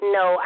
no